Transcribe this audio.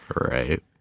Right